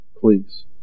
please